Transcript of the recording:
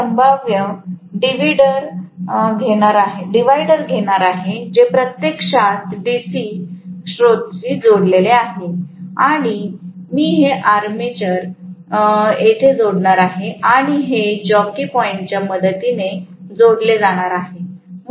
तर मी एक संभाव्य डिव्हिडर घेणार आहे जे प्रत्यक्षात डीसी स्रोताशी जोडलेले आहे आणि मी हे अॅमेटर येथे जोडणार आहे आणि हे जॉकी पॉईंटच्या मदतीने जोडले जाणार आहे